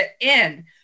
end